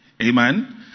Amen